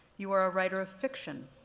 you are a writer of fiction,